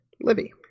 Libby